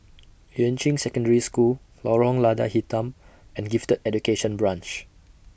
Yuan Ching Secondary School Lorong Lada Hitam and Gifted Education Branch